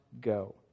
go